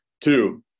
Two